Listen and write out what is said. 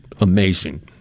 amazing